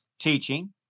teaching